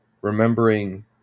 remembering